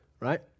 Right